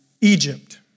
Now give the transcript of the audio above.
Egypt